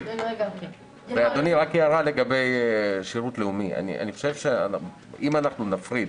הערה לגבי שירות לאומי אני חושב שאם נפריד